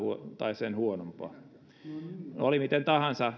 tai sen huonompaa oli miten tahansa